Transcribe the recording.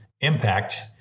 impact